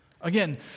Again